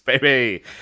baby